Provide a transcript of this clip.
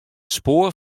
spoar